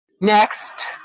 Next